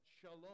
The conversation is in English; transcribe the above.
Shalom